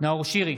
נאור שירי,